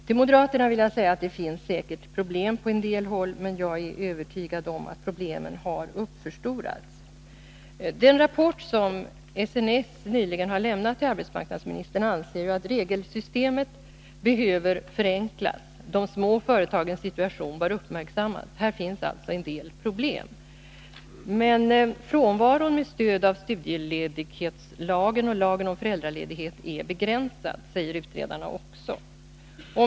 Till moderaterna vill jag säga, att det säkert finns problem på en del håll, men att jag är övertygad om att problemen har uppförstorats. Den rapport som SNS nyligen har lämnat till arbetsmarknadsministern anför ju att regelsystemet behöver förenklas. De små företagens situation bör uppmärksammas. Här finns alltså en del problem. Men frånvaron med stöd av studieledighetslagen och lagen om föräldraledighet är begränsad, säger utredarna också.